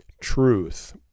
Truth